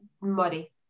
Muddy